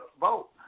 vote